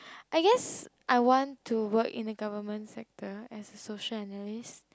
I guess I want to work in the government sector as a social analyst